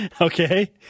Okay